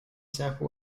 sample